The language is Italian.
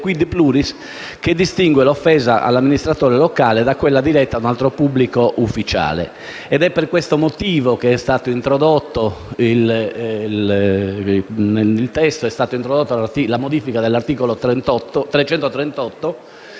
*quid pluris* che distingue l'offesa all'amministratore locale da quella diretta ad un altro pubblico ufficiale. È per questo motivo che nel testo è stata introdotta la modifica dell'articolo 338,